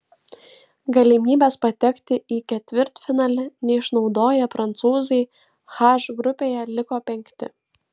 galimybės patekti į ketvirtfinalį neišnaudoję prancūzai h grupėje liko penkti